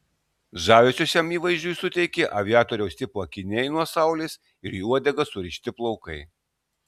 žavesio šiam įvaizdžiui suteikė aviatoriaus tipo akiniai nuo saulės ir į uodegą surišti plaukai